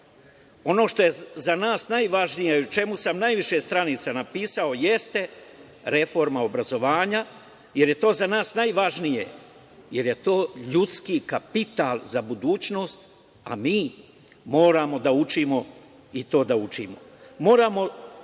„Ono što je za nas najvažnije i o čemu sam najviše stranica napisao jeste reforma obrazovanja, jer je to za nas najvažnije, jer je to ljudski kapital za budućnost, a mi moramo da učimo i to da učimo. Moramo da